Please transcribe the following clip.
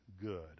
good